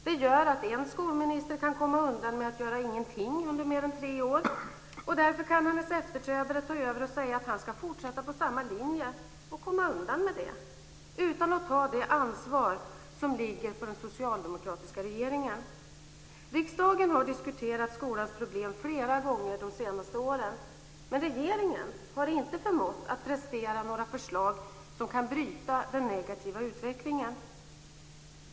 Det gör att en skolminister kan komma undan med att göra ingenting under mer än tre år. Därefter kan hennes efterträdare ta över och säga att han ska fortsätta på samma linje och komma undan med det utan att ta det ansvar som ligger på den socialdemokratiska regeringen. Riksdagen har diskuterat skolans problem flera gånger de senaste åren, men regeringen har inte förmått att prestera några förslag som kan bryta den negativa utvecklingen.